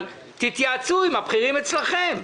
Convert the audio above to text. אבל תתייעצו עם הבכירים אצלכם.